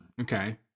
Okay